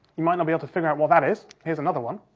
you might not be able to figure out what that is, here's another one.